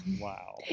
Wow